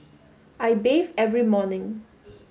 I bathe every morning